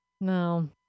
No